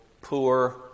poor